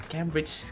Cambridge